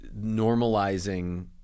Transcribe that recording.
normalizing